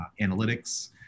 analytics